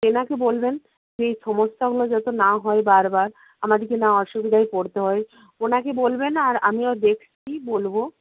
তেনাকে বলবেন এই সমস্যাগুলো যাতে না হয় বার বার আমাদিকে না অসুবিধায় পড়তে হয় ওনাকে বলবেন আর আমিও দেখছি বলবো